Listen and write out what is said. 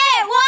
one